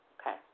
Okay